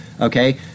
okay